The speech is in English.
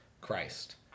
Christ